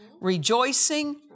rejoicing